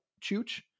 chooch